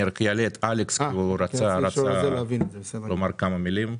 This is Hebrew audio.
אני אעלה ל-זום את אלכס ממקום בידודו שרצה לומר כמה מלים.